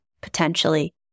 potentially